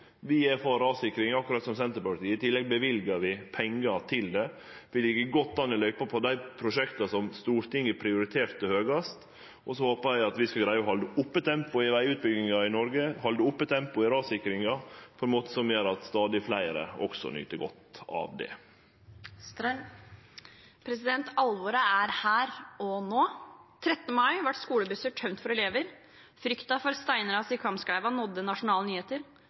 Vi er for rassikring, akkurat som Senterpartiet. I tillegg løyver vi pengar til det. Vi ligg godt an i løypa i dei prosjekta som Stortinget prioriterte høgast. Så håpar eg at vi skal greie å halde oppe tempoet i vegutbygginga i Noreg, og halde oppe tempoet i rassikringa, på ein måte som gjer at stadig fleire nyt godt av det. Alvoret er her og nå. Den 13. mai ble skolebusser tømt for elever. Frykten for steinras i Kvamskleiva nådde nasjonale nyheter.